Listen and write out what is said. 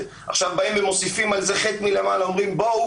עכשיו באים ומוסיפים על זה חטא מלמעלה ואומרים: בואו